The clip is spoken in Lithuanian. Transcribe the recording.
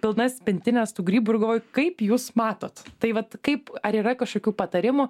pilnas pintines tų grybų ir galvoju kaip jūs matot tai vat kaip ar yra kažkokių patarimų